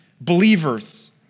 believers